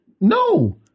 No